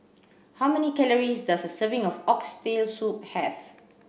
how many calories does a serving of oxtail soup have